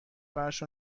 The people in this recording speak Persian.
فرش